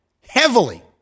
Heavily